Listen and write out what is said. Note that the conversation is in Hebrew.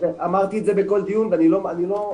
אמרתי את זה בכל דיון ואני לא מצטדק,